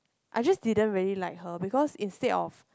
I just didn't really like her because instead of